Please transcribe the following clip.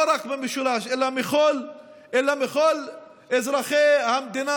לא רק במשולש אלא מכל אזרחי המדינה